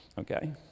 Okay